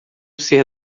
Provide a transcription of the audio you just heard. ser